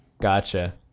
Gotcha